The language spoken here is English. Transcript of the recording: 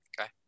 Okay